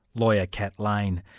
lawyer, kat lane.